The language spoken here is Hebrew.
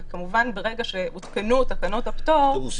וכמובן ברגע שהותקנו תקנות הפטור --- תקנות